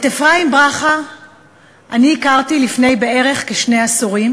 את אפרים ברכה הכרתי לפני בערך שני עשורים